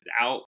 out